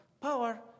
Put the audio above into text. Power